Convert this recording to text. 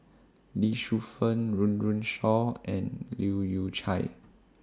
Lee Shu Fen Run Run Shaw and Leu Yew Chye